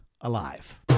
alive